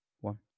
one